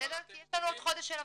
כי יש לנו עוד חודש של עבודה.